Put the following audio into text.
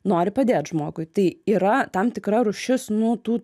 nori padėt žmogui tai yra tam tikra rūšis tų